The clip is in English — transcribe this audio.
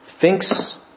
thinks